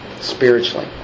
spiritually